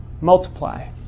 multiply